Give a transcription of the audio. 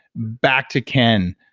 back to ken.